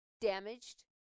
Damaged